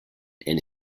and